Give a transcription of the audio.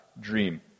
dream